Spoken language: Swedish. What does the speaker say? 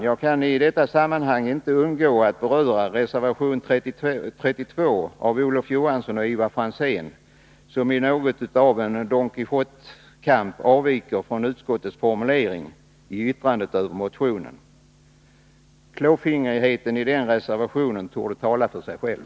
Jag kan i detta sammanhang inte undgå att beröra reservation 32 av Olof Johansson och Ivar Franzén, som i något av en Don Quijote-kamp avviker från utskottets formulering i yttrandet över motionen. Klåfingrigheten i den reservationen torde tala för sig själv.